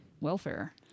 welfare